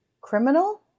Criminal